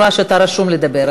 אני רואה שאתה רשום לדבר,